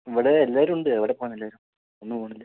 ഇവിടെ എല്ലാവരും ഉണ്ട് എവിടെ പോവാൻ എല്ലാവരും ഒന്നും പോണില്ല